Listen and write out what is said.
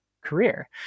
career